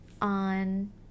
on